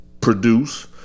produce